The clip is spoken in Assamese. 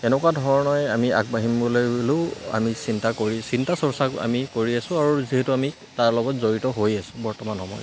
এনেকুৱা ধৰণেৰে আমি আগবাঢ়িবলৈ হ'লেও আমি চিন্তা কৰি চিন্তা চৰ্চা আমি কৰি আছোঁ আৰু যিহেতু আমি তাৰ লগত জড়িত হৈ আছোঁ বৰ্তমান সময়ত